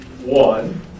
One